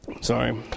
Sorry